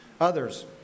others